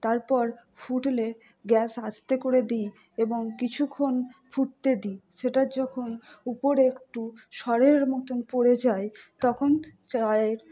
তারপর ফুটলে গ্যাস আস্তে করে দিই এবং কিছুক্ষণ ফুটতে দিই সেটা যখন উপরে একটু সরের মতন পড়ে যায় তখন চায়ের